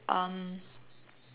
um